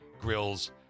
grills